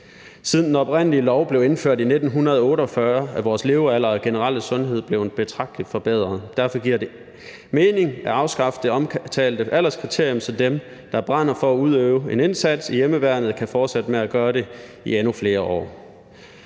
Siden den oprindelige lov blev indført i 1948, er vores levealder og generelle sundhed blevet betragtelig forbedret. Derfor giver det mening at afskaffe det omtalte alderskriterium, så dem, der brænder for at udøve en indsats i hjemmeværnet, kan fortsætte med at gøre det i endnu flere år.